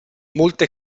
molte